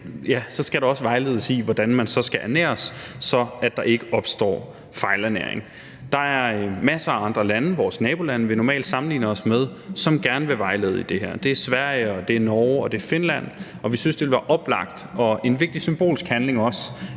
så skal der også vejledes i, hvordan man så skal ernæres, for at der ikke opstår fejlernæring. Der er en masse andre lande – vores nabolande, vi normalt sammenligner os med – som gerne vil vejlede i det her. Det er Sverige, det er Norge, og det er Finland. Og vi synes, det ville være oplagt og også være en vigtig symbolsk handling,